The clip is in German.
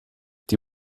die